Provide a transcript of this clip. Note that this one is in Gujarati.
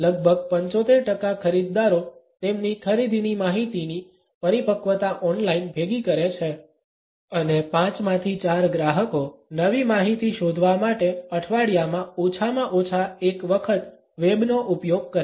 લગભગ 75 ટકા ખરીદદારો તેમની ખરીદીની માહિતીની પરિપક્વતા ઓનલાઇન ભેગી કરે છે અને પાંચમાંથી ચાર ગ્રાહકો નવી માહિતી શોધવા માટે અઠવાડિયામાં ઓછામાં ઓછા એક વખત વેબ નો ઉપયોગ કરે છે